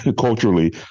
culturally